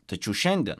tačiau šiandien